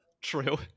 true